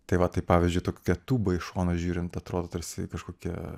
tai va taip pavyzdžiui tokia tūba iš šono žiūrint atrodo tarsi kažkokia